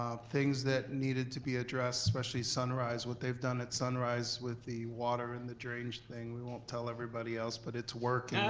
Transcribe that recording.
ah things that needed to be addressed, especially sunrise, what they've done at sunrise with the water and the drainage thing, we won't tell everybody else, but it's working.